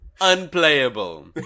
unplayable